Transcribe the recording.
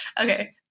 Okay